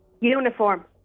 Uniform